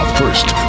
first